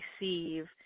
receive